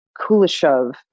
Kuleshov